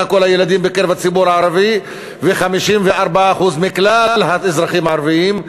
הילדים בקרב הציבור הערבי ו-54% מכלל האזרחים הערבים,